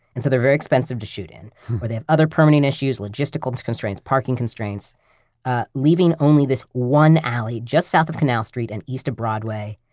and so they're very expensive to shoot in or they have other permitting issues, logistical constraints, parking constraints ah leaving only this one alley, just south of canal street and east of broadway,